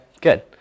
good